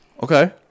Okay